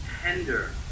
tender